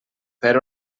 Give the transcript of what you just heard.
per